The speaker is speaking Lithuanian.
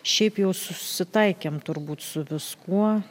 šiaip jau susitaikėm turbūt su viskuo